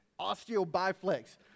osteobiflex